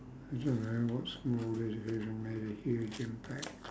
I don't know what small decision made a huge impact